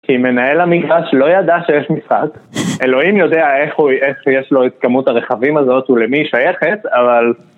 כי מנהל המגרש לא ידע שיש משחק. אלוהים יודע איך יש לו את כמות הרכבים הזאת ולמי היא שייכת, אבל...